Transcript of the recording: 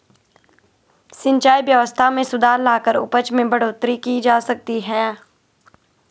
सिंचाई व्यवस्था में सुधार लाकर उपज में बढ़ोतरी की जा सकती है